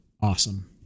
Awesome